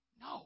No